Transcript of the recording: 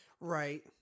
Right